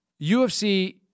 UFC